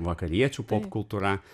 vakariečių popkultūra